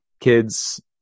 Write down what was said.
kids